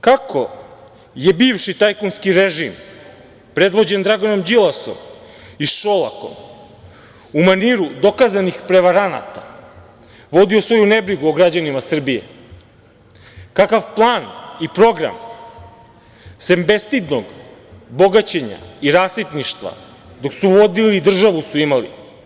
Kako je bivši tajkunski režim predvođen Draganom Đilasom i Šolakom u maniru dokazanih prevaranata vodio svoju nebrigu o građanima Srbije, kakav plan i program, sem bestidnog bogaćenja i rasipništva dok su vodili i državu su imali.